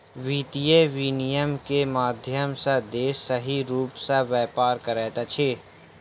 वित्तीय विनियम के माध्यम सॅ देश सही रूप सॅ व्यापार करैत अछि